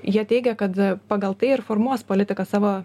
jie teigia kad pagal tai ir formuos politiką savo